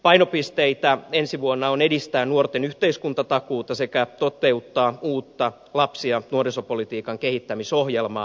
painopisteitä ensi vuonna on edistää nuorten yhteiskuntatakuuta sekä toteuttaa uutta lapsi ja nuorisopolitiikan kehittämisohjelmaa